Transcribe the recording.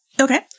Okay